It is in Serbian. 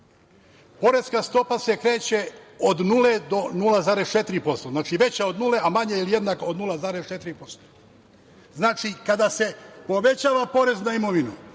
Poreska stopa se kreće od 0-0,4%, znači, veća od nule a manja ili jednako od 0,4%. Znači, kada se povećava porez na imovinu